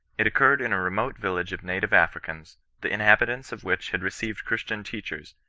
it occurred in a remote village of native africans, the inhabitants of which had received christian teachers,